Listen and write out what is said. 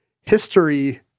history